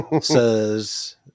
says